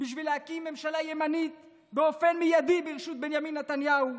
בשביל להקים ממשלה ימנית באופן מיידי בראשות בנימין נתניהו.